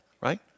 right